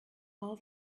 all